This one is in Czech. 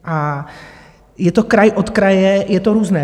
A je to kraj od kraje, je to různé.